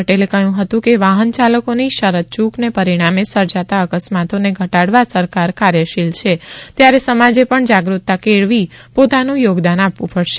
પટેલે કહ્યું હતું કે વાહનચાલકોની શરતયૂકને પરિણામે સર્જાતા અકસ્માતોને ઘટાડવા સરકાર કાર્યશીલ છે ત્યારે સમાજે પણ જાગૃતતા કેળવી પોતાનું યોગદાન આપવું પડશે